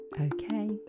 Okay